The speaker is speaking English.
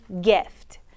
gift